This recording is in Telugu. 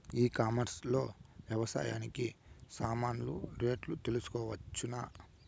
ఈ కామర్స్ లో వ్యవసాయానికి సామాన్లు రేట్లు తెలుసుకోవచ్చునా?